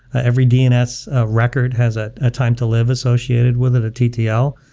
ah every dns record has ah a time to live associated with it, a ttl,